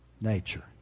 nature